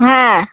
হ্যাঁ